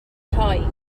rhoi